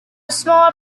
small